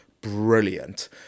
brilliant